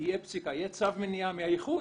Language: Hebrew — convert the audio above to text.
יהיה צו מניעה מהאיחוד.